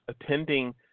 attending